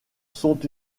sont